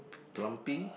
plumpy